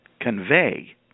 convey